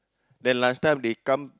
then lunch time they come